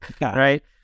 Right